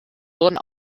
wurden